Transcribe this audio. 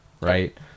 right